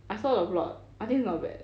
I saw the plot I think is not bad